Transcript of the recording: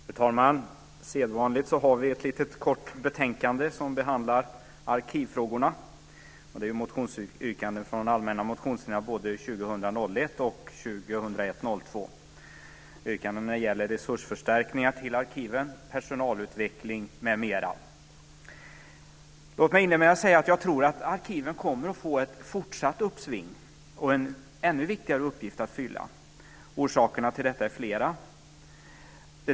Fru talman! Sedvanligt har vi ett litet kort betänkande som behandlar arkivfrågorna. Det är motionsyrkanden från allmänna motionstiderna både Låt mig inleda med att säga att jag tror att arkiven kommer att få ett fortsatt uppsving och en ännu viktigare uppgift att fylla. Orsakerna till detta är flera.